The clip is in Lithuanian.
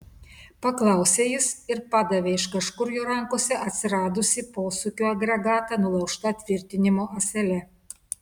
paklausė jis ir padavė iš kažkur jo rankose atsiradusį posūkio agregatą nulaužta tvirtinimo ąsele